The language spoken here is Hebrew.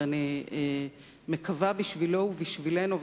ואני מקווה בשבילו ובשבילנו,